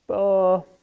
ah,